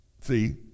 See